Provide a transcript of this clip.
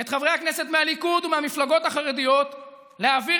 את חברי הכנסת מהליכוד ומהמפלגות החרדיות להעביר